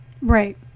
Right